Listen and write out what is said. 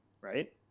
Right